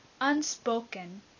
unspoken